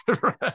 right